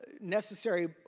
necessary